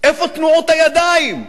איפה תנועות הידיים?